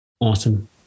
Awesome